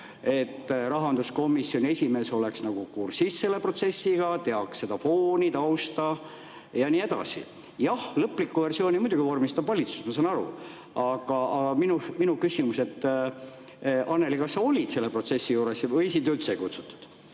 ju. Rahanduskomisjoni esimees oleks siis selle protsessiga kursis, teaks seda fooni, tausta ja nii edasi. Jah, lõpliku versiooni muidugi vormistab valitsus, ma saan aru. Minu küsimus: Annely, kas sa olid selle protsessi juures või sind üldse ei kutsutud?